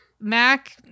Mac